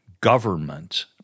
government